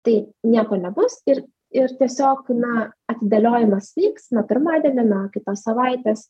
tai nieko nebus ir ir tiesiog na atidėliojimas vyks nuo pirmadienio nuo kitos savaitės